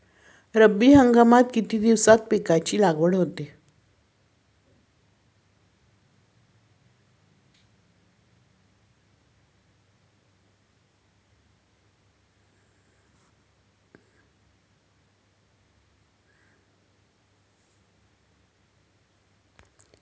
रब्बी हंगामात किती दिवसांत पिकांची लागवड होते?